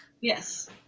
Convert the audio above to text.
Yes